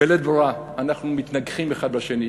בלית ברירה אנחנו מתנגחים אחד בשני.